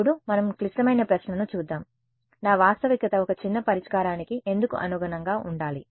ఇప్పుడు మనం క్లిష్టమైన ప్రశ్నను చూద్దాం నా వాస్తవికత ఒక చిన్న పరిష్కారానికి ఎందుకు అనుగుణంగా ఉండాలి